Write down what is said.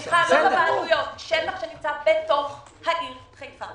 שטח שנמצא בתוך העיר חיפה,